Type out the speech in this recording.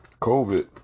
COVID